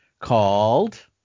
called